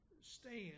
stand